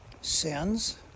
sins